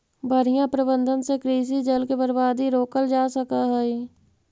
बढ़ियां प्रबंधन से कृषि जल के बर्बादी रोकल जा सकऽ हई